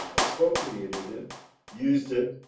expropriated it used it.